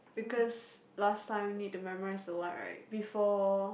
because last time need to memorize a lot right before